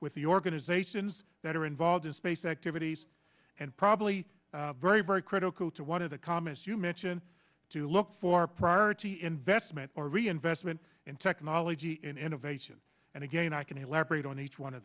with the organizations that are involved in space activities and probably very very critical to one of the comments you mention to look for priority investment or reinvestment in technology in innovation and again i can elaborate on each one of